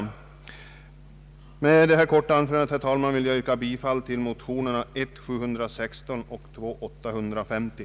Med detta vill jag, herr talman, yrka bifall till motionerna I: 716 och II: 850.